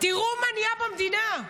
תראו מה נהיה מהמדינה.